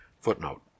Footnote